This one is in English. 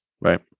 right